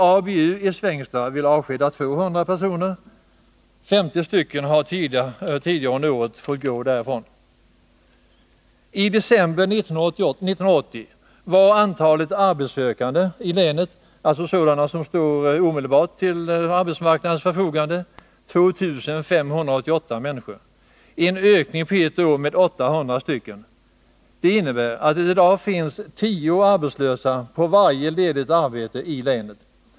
ABU i Svängsta vill avskeda 200 personer. 50 personer har tidigare under året fått gå därifrån. I december 1980 var antalet arbetssökande i länet — alltså sådana som omedelbart stod till arbetsmarknadens förfogande — 2 588, vilket innebär en ökning under ett år med 800. Det innebär att det i dag finns tio arbetslösa på varje ledigt arbete i länet.